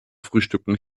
frühstücken